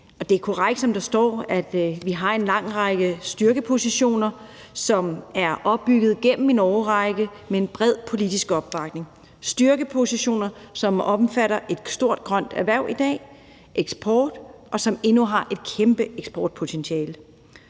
Det er korrekt, som der står, at vi har en lang række styrkepositioner, som er opbygget gennem en årrække med bred politisk opbakning; det er styrkepositioner, som omfatter et stort grønt erhverv i dag og eksport, og som endnu har et kæmpe eksportpotentiale.